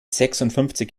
sechsundfünfzig